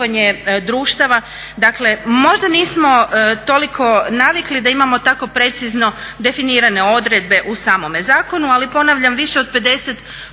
Hvala vam